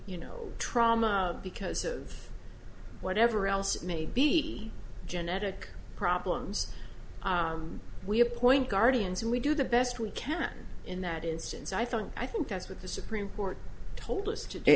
you know trauma because of whatever else it may be genetic problems we appoint guardians and we do the best we can in that instance i think i think that's what the supreme court told us today